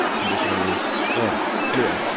conditioning me anyway.